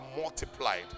multiplied